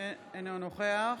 אינו נוכח